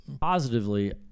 Positively